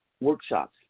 workshops